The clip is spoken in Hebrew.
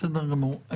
בסדר גמור.